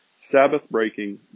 Sabbath-breaking